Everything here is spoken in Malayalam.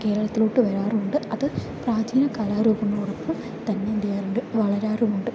കേരളത്തിലോട്ട് വരാറുണ്ട് അത് പ്രാചീന കലാരൂപങ്ങളോടൊപ്പം തന്നെ എന്ത് ചെയ്യാറുണ്ട് വളരാറുമുണ്ട്